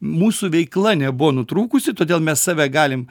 mūsų veikla nebuvo nutrūkusi todėl mes save galim